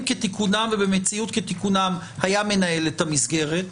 כתיקונם ובמציאות כתיקונה היה מנהל את המסגרת,